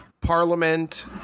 parliament